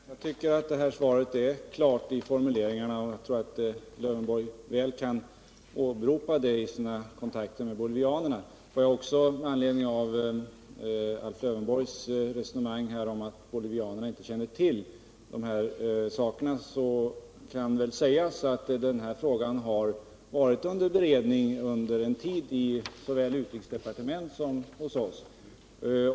Herr talman! Jag tycker svaret är klart i sina formuleringar, och jag tror att Alf Lövenborg mycket väl kan åberopa det i sina kontakter med bolivianerna. Får jag sedan med anledning av Alf Lövenborgs resonemang om att bolivianerna inte känner till detta säga att den här frågan har varit under beredning en tid såväl i utrikesdepartementet som hos oss.